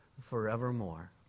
forevermore